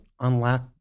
unlock